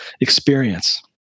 experience